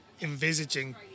envisaging